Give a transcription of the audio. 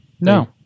No